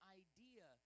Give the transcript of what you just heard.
idea